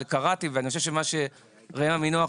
אבל קראתי ואני חושב שמה שראם עמינח